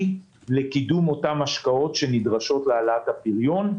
לקידום אותן השקעות שנדרשות להעלאת הפריון.